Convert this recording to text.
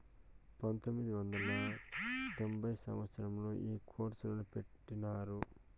పంతొమ్మిది వందల తొంభై సంవచ్చరంలో ఈ కోర్సును పెట్టినారు